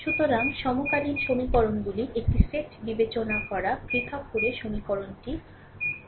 সুতরাং সমকালীন সমীকরণগুলির একটি সেট বিবেচনা করা পৃথক করে সমীকরণটি 1 1 x 1 ডান